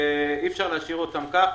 אי אפשר להשאיר אותם כך.